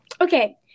Okay